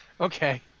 okay